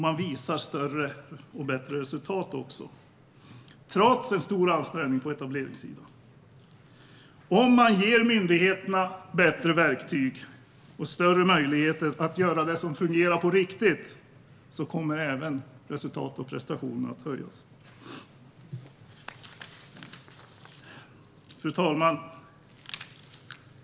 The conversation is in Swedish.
De visar nu bättre resultat, trots en stor ansträngning på etableringssidan. Om man ger myndigheterna bättre verktyg och större möjligheter att göra det som fungerar på riktigt kommer även resultat och prestationer att höjas. Fru talman!